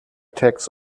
tax